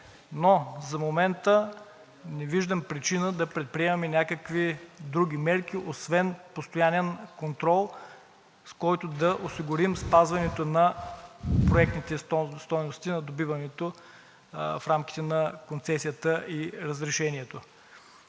За момента не виждам причина да предприемаме някакви други мерки освен постоянен контрол, с който да осигурим спазването на проектните стойности на добиването в рамките на концесията и разрешението.